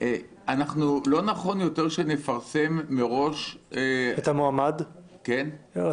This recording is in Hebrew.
לא נכון יותר שנפרסם מראש את המועמד לסגן יושב-ראש הכנסת?